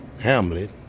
Hamlet